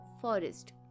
forest